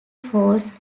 false